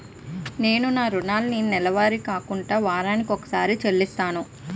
నేను నా రుణాన్ని నెలవారీగా కాకుండా వారాని కొక్కసారి చెల్లిస్తున్నాను